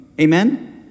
Amen